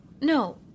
No